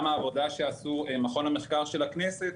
מהעבודה שעשתה מחלקת המידע והמחקר של הכנסת,